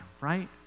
right